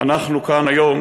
אנחנו כאן היום,